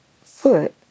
foot